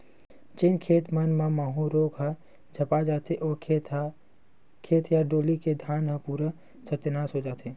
जेन खेत मन म माहूँ रोग ह झपा जथे, ओ खेत या डोली के धान ह पूरा सत्यानास हो जथे